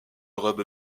robe